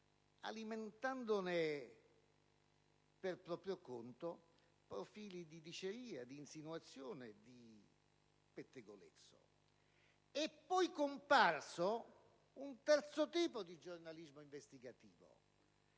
alimentandone per proprio conto profili di diceria, di insinuazione, di pettegolezzo. È poi comparso un terzo tipo di giornalismo investigativo,